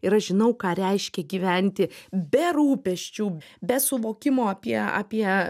ir aš žinau ką reiškia gyventi be rūpesčių be suvokimo apie apie